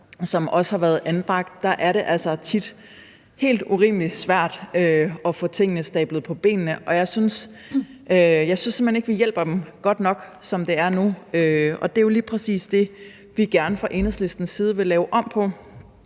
som også har været anbragt, er det altså tit helt urimelig svært at få tingene stablet på benene. Jeg synes simpelt hen ikke, at vi hjælper dem godt nok, som det er nu, og det er jo lige præcis det, vi fra Enhedslistens side gerne vil lave om på,